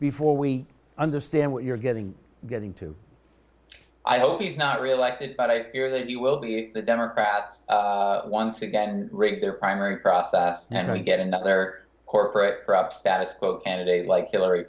before we understand what you're getting getting to i hope he's not reelected but i fear that you will be the democrats once again rick their primary process then we get another corporate status quo candidate like hillary